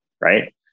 right